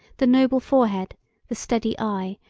the noble forehead, the steady eye,